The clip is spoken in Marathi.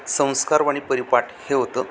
संस्कारवाणी परिपाठ हे होतं